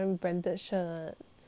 I always see like !wah!